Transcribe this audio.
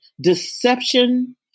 deception